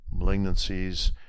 Malignancies